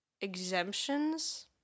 exemptions